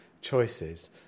choices